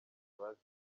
bazize